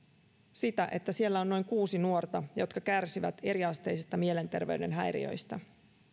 sitä että siellä on noin kuusi nuorta jotka kärsivät eriasteisista mielenterveyden häiriöistä